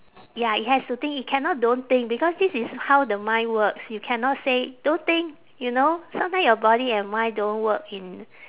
ya it has to think it cannot don't think because this is how the mind works you cannot say don't think you know sometime your body and mind don't work in